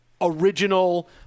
original